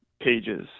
pages